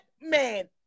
man